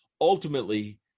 ultimately